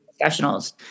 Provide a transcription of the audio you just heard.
professionals